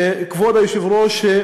כבוד היושב-ראש,